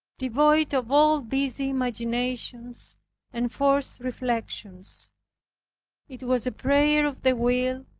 devoid of all busy imaginations and forced reflections it was a prayer of the will,